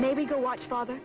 maybe go watch father